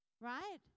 right